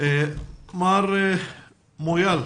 מר מויאל,